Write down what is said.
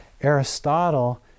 Aristotle